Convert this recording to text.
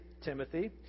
timothy